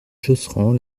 josserand